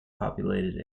populated